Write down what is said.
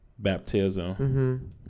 Baptism